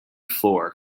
floor